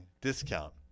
discount